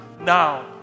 now